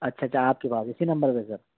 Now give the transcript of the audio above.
اچھا اچھا آپ کے پاس اسی نمبر پہ سر